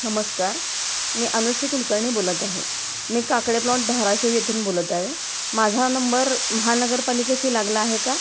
नमस्कार मी अनुश्री कुलकर्णी बोलत आहे मी काकडे प्लॉट धाराशिव येथून बोलत आहे माझा नंबर महानगरपालिकेशी लागला आहे का